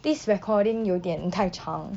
this recording 有一点太长